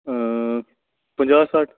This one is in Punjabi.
ਪੰਜਾਹ ਸੱਠ